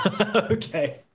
Okay